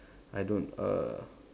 I don't err